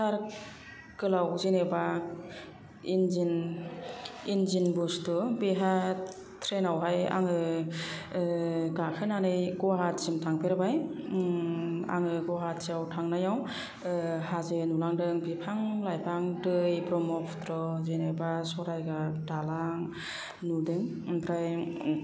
थार गोलाव जेनेबा इन्जिन बुस्तु बेहा ट्रेनावहाय आङो गाखोनानै गुवाहाटिसिम थांफेरबाय आङो गुवाहाटियाव थांनायाव हाजो नुलांदों बिफां लाइफां दै ब्रह्मपुत्र जेनबा सरायघाट दालां नुदों ओमफ्राय